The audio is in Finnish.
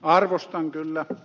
arvostan kyllä ed